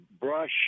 brush